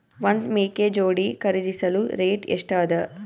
ಒಂದ್ ಮೇಕೆ ಜೋಡಿ ಖರಿದಿಸಲು ರೇಟ್ ಎಷ್ಟ ಅದ?